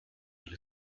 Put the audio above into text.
del